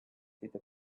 through